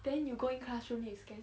then you go in classroom need to scan